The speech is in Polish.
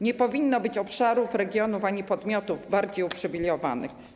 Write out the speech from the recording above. Nie powinno być obszarów, regionów ani podmiotów bardziej uprzywilejowanych.